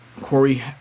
Corey